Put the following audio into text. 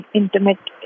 intimate